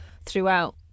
throughout